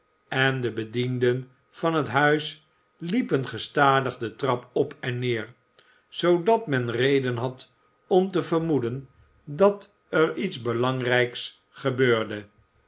en de bedienden van het huis liepen gestadig de trap op en neer zoodat men reden had om te vermoeden dat er iets belangrijks gebeurde